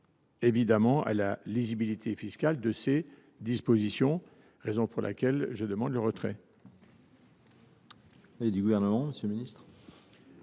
nuirait à la lisibilité fiscale de ces dispositions. C’est la raison pour laquelle je demande le retrait